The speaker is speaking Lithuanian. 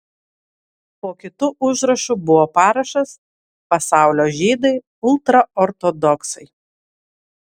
po kitu užrašu buvo parašas pasaulio žydai ultraortodoksai